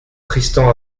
tristan